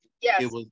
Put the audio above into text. Yes